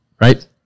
right